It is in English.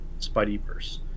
Spideyverse